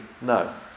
no